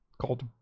called